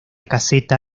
caseta